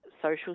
social